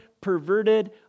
perverted